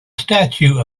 statue